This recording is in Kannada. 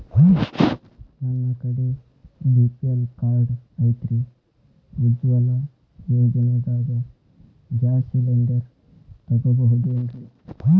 ನನ್ನ ಕಡೆ ಬಿ.ಪಿ.ಎಲ್ ಕಾರ್ಡ್ ಐತ್ರಿ, ಉಜ್ವಲಾ ಯೋಜನೆದಾಗ ಗ್ಯಾಸ್ ಸಿಲಿಂಡರ್ ತೊಗೋಬಹುದೇನ್ರಿ?